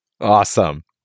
Awesome